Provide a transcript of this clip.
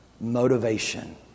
motivation